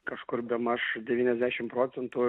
kažkur bemaž devyniasdešim procentų